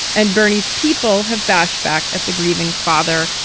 and burnie's people have bashed back at the grieving father,